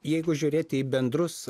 jeigu žiūrėti į bendrus